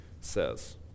says